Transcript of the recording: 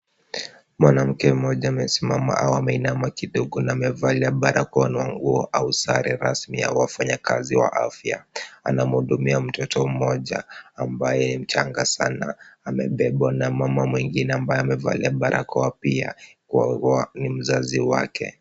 Mwanamke mmoja amesimama au ameinama kidogo na amevalia barakoa na nguo au sare rasmi ya wafanyakazi wa afya. Anamhudumia mtoto mmoja ambaye mchanga sana, amebebwa na mama mwingine ambaye amevalia barakoa pia. Ni mzazi wake.